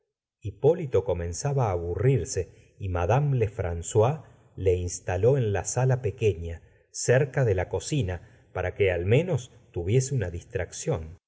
hipólito comenzaba á aburrirse y madame lefrancois le instaló en la sala pequeña cerca de la cocina para que al menos tuviese una distracción